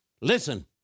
listen